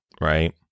right